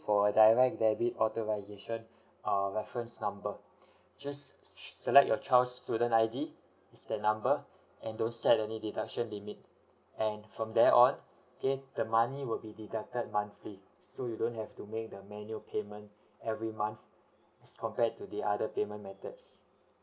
for a direct debit authorisation err reference number just select your child's student I_D is that number and don't set any deduction limit and from there on okay the money will be deducted monthly so you don't have to make the manual payment every month as compared to the other payment methods